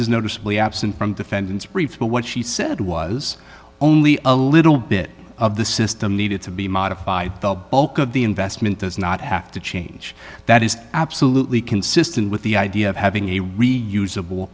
is noticeably absent from defendant's brief but what she said was only a little bit of the system needed to be modified the bulk of the investment does not have to change that is absolutely consistent with the idea of having a really usable